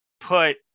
put